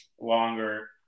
longer